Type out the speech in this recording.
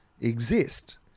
exist